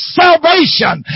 salvation